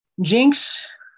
Jinx